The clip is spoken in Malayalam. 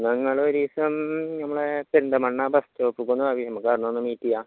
നിങ്ങൾ ഒരു ദിവസം നമ്മളുടെ പെരിന്തൽമണ്ണ ബസ് സ്റ്റോപ്പിലേക്ക് ഒന്ന് വരിക നമുക്ക് അവിടുന്ന് ഒന്ന് മീറ്റ് ചെയ്യാം